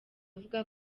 avuga